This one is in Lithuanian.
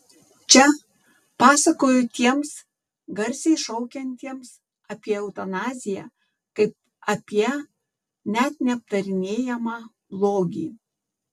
čia pasakoju tiems garsiai šaukiantiems apie eutanaziją kaip apie net neaptarinėjamą blogį